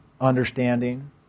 understanding